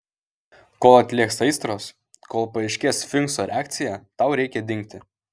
kol atlėgs aistros kol paaiškės sfinkso reakcija tau reikia dingti